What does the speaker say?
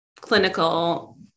clinical